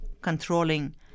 controlling